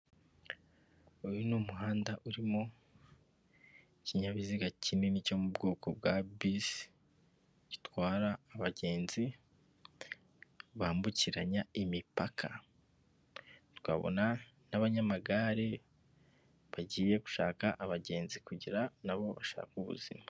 Uyu ni umuhanda urimo ikinyabiziga kinini cyo mu bwoko bwa bisi gitwara abagenzi bambukiranya imipaka, tukabona n'abanyamagare bagiye gushaka abagenzi, kugira na bo bashake ubuzima.